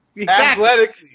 Athletic